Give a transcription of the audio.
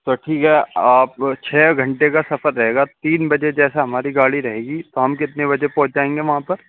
تو ٹھیک ہے آپ چھ گھنٹے کا سفر رہے گا تین بجے جیسے ہماری گاڑی رہے گی تو ہم کتنے بجے پہنچ جائیں گے وہاں پر